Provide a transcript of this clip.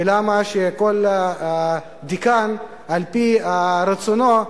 ולמה כל דיקן, על-פי רצונו,